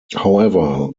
however